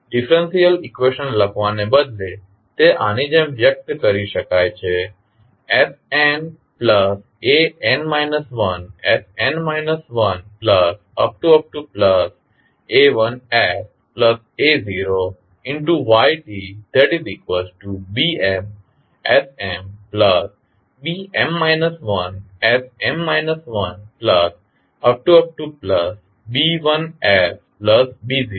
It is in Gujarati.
ડિફરેંશિયલ ઇકવેશન લખવાને બદલે તે આની જેમ વ્યક્ત કરી શકાય છે snan 1sn 1